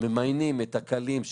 ממיינים את הקלים,